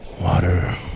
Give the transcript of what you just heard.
Water